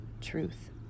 truth